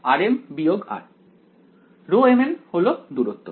ρmn হল দূরত্ব